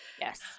Yes